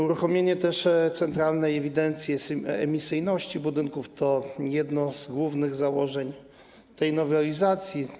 Uruchomienie Centralnej Ewidencji Emisyjności Budynków to jedno z głównych założeń tej nowelizacji.